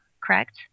correct